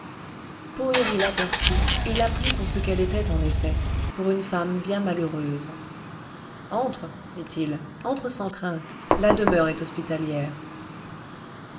poëri l'aperçut et la prit pour ce qu'elle était en effet pour une femme bien malheureuse entre dit-il entre sans crainte la demeure est hospitalière